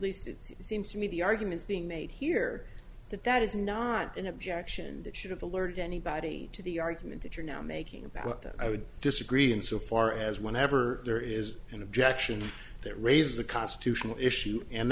least it seems to me the arguments being made here that that is not an objection that should have alerted anybody to the argument that you're now making about that i would disagree in so far as whenever there is an objection that raises a constitutional issue and